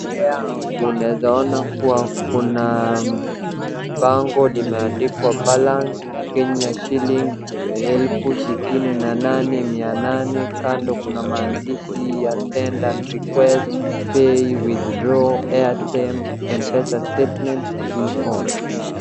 Unaeza ona kuwa kuna bango limeandiwa balance Kenya shillings elfu sitini na nane mia nane, kando kuna maandishi ya send and request, pay, withdraw, airtime, mpesa statement, see all .